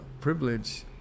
privilege